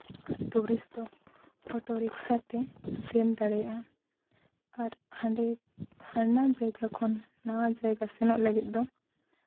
tourist ᱫᱚ auto rickshaw ᱛᱮ ᱥᱮᱱ ᱫᱟᱲᱮᱭᱟᱜᱼᱟ ᱟᱨ ᱦᱟᱸᱰᱮ ᱦᱟᱱᱟ ᱡᱟᱭᱜᱟ ᱠᱷᱚᱱ ᱱᱚᱣᱟ ᱡᱟᱭᱜᱟ ᱥᱮᱱᱚᱜ ᱞᱟᱹᱜᱤᱫ ᱫᱚ